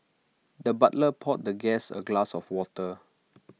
the butler poured the guest A glass of water